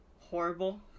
horrible